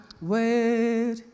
wait